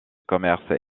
commerce